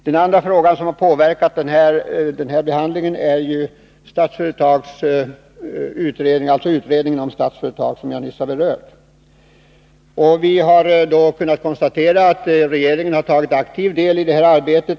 Det andra som har påverkat denna behandling är utredningen inom Statsföretag, som jag nyss har berört. Vi har kunnat konstatera att regeringen har deltagit aktivt i detta arbete.